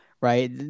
Right